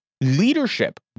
leadership